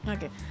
Okay